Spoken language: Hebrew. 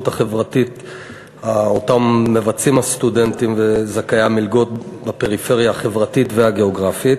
החברתית שמבצעים הסטודנטים וזכאי המלגות בפריפריה החברתית והגיאוגרפית.